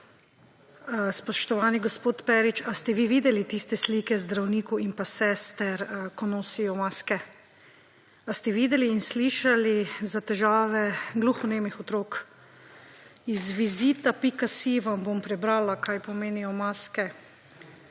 Spoštovani gospod Perič, ali ste vi videli tiste slike zdravnikov in sester, ki nosijo maske? Ali ste videli in slišali za težave gluhonemih otrok? Iz Vizita.si vam bom prebrala, kaj pomenijo maske.